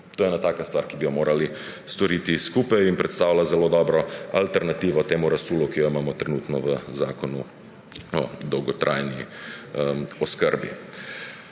To je ena taka stvar, ki bi jo morali storiti skupaj in predstavlja zelo dobro alternativo temu razsulu, ki jo imamo trenutno v Zakonu o dolgotrajni oskrbi.